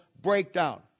breakdown